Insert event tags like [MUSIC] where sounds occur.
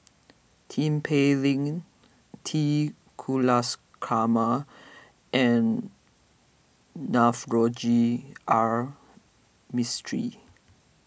Tin Pei Ling T [UNINTELLIGIBLE] and Navroji R Mistri